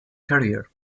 career